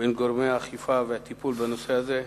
בין גורמי האכיפה והטיפול בנושא הזה.